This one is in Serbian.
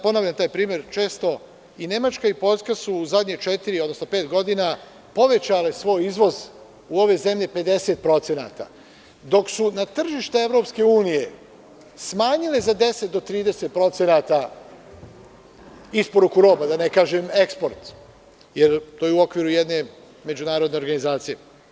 Ponavljam taj primer često i Nemačka i Poljska su u zadnje četiri, odnosno pet godina povećale svoj izvoz u ove zemlje 50% dok su na tržište EU smanjila za 10% do 30% isporuku robe, da ne kažem eksport, jer to je u okviru jedne međunarodne organizacije.